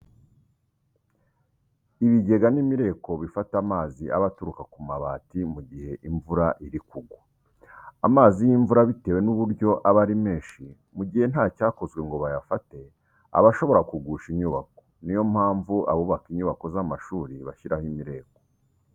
Ibigega n'imireko bifata amazi aba aturuka ku mabati mu gihe imvura iri kugwa. Amazi y'imvura bitewe n'uburyo aba ari menshi, mu gihe nta cyakozwe ngo bayafate, aba ashobora kugusha inyubako. Ni yo mpamvu abubaka inyubako z'amashuri bashyiraho imireko.